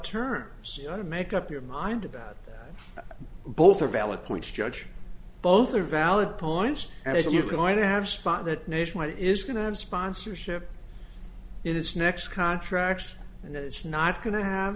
terms to make up your mind about both are valid points judge both are valid points and if you're going to have spot that nationwide is going to have sponsorship in its next contract and it's not going to have